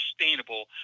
sustainable